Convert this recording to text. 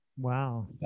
wow